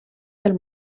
del